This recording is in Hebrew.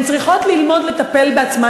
הן צריכות ללמוד לטפל בעצמן.